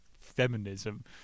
feminism